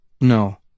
No